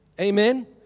Amen